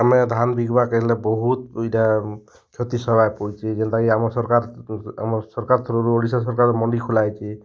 ଆମେ ଧାନ୍ ବିକ୍ବାର୍କେ ହେଲେ ବହୁତ୍ ଇ'ଟା କ୍ଷତି ସହେବାର୍କେ ପଡ଼ୁଛେ ଯେନ୍ତାକି ଆମର୍ ସରକାର୍ ଆମର୍ ସରକାର୍ ଥ୍ରୋ'ରୁ ଓଡ଼ିଶା ସରକାର୍ ମଣ୍ଡି ଖୁଲା ହେଇଛେ